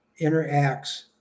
interacts